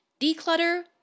declutter